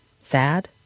sad